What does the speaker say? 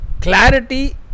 clarity